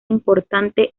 importante